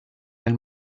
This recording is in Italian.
nel